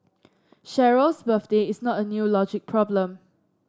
Cheryl's birthday is not a new logic problem